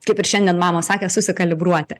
kaip ir šiandien mamos sakė susikalibruoti